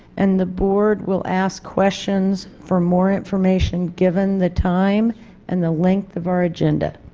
and the board will ask questions for more information given the time and the length of our agenda.